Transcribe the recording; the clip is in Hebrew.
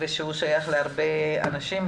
ששייך להרבה אנשים.